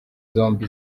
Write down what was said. zombi